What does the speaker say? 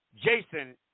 Jason